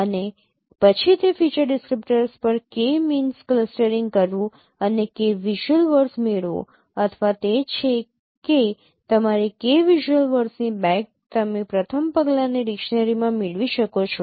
અને પછી તે ફીચર ડિસક્રીપ્ટર્સ પર K મીન્સ ક્લસ્ટરીંગ કરવું અને K વિઝ્યુઅલ વર્ડસ મેળવો અથવા તે છે કે તમારી K વિઝ્યુઅલ વર્ડસની બેગ તમે પ્રથમ પગલાને ડિક્શનરીમાં મેળવી શકો છો